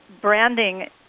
branding